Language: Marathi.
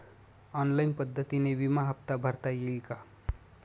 ऑनलाईन पद्धतीने विमा हफ्ता भरता येईल का?